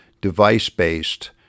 device-based